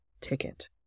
ticket